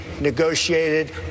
negotiated